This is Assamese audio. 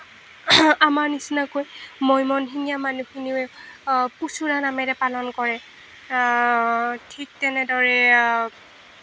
আমাৰ নিচিনাকৈ মৈমনসিঙীয়া মানুহখিনিয়ে পুছুৱা নামেৰে পালন কৰে ঠিক তেনেদৰে